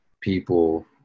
people